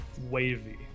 wavy